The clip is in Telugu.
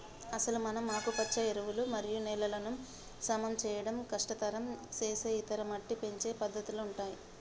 అసలు మనం ఆకుపచ్చ ఎరువులు మరియు నేలలను సమం చేయడం కష్టతరం సేసే ఇతర మట్టి పెంచే పద్దతుల ఉంటాయి